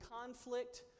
conflict